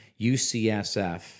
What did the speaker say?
UCSF